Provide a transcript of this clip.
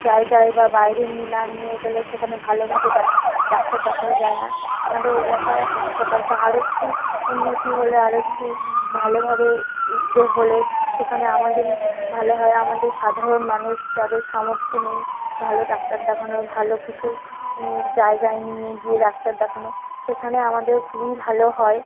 জায়গায় বা বাইরে নিয়ে না নিয়ে গেলে সেখানে ভালোভাবে ডাক্তার দেখানো যায় না আমাদের এলাকার হাসপাতালটা আরো একটু উন্নতি হলে আরেকটু ভালোভাবে এ হলে সেখানে আমাদেরই ভালো হয় আমাদের সাধারণ মানুষ যাদের সামর্থ্য নেই ভালো ডাক্তার দেখানোর ভালো কিছু জায়গায় নিয়ে গিয়ে ডাক্তার দেখানো সেখানে আমাদের খুবই ভালো হয়